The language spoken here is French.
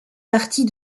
partie